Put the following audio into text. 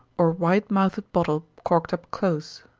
or wide-mouthed bottle, corked up close.